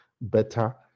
better